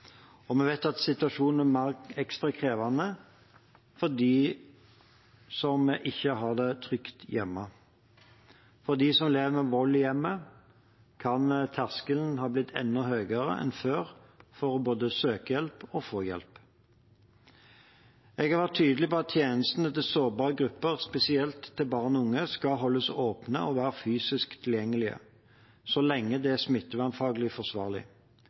Vi vet at situasjonen er ekstra krevende for dem som ikke har det trygt hjemme. For dem som lever med vold i hjemmet, kan terskelen ha blitt enda høyere enn før for både å søke hjelp og få hjelp. Jeg har vært tydelig på at tjenestene til sårbare grupper, spesielt til barn og unge, skal holdes åpne og være fysisk tilgjengelige så lenge det er smittevernfaglig forsvarlig.